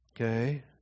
Okay